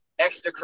extracurricular